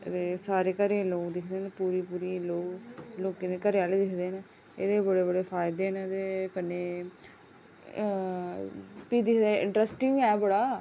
दे सारे घरें लोकें घरैआह्ले होंदे न बड़े बड़े फायदे न न्हाड़े कन्नै भी दिखद इंटरस्ट ऐ बड़ा